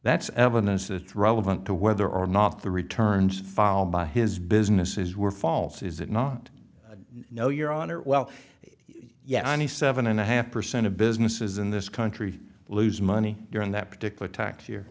that's evidence that's relevant to whether or not the returns fall by his businesses were false is it not no your honor well yeah only seven and a half percent of businesses in this country lose money during that particular ta